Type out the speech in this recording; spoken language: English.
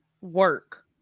work